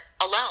alone